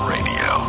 Radio